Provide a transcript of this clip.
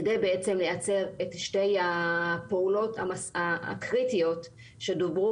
כדי לייצר את שתי הפעולות הקריטיות שדוברו